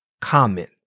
comment